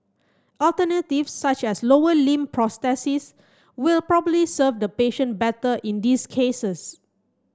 alternatives such as lower limb prosthesis will probably serve the patient better in these cases